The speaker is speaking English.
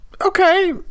okay